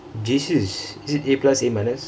J_C is is it A plus A minus